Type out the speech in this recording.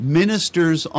ministers